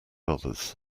others